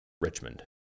Richmond